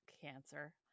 cancer